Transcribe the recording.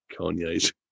Kanye's